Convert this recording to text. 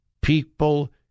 people